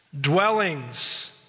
dwellings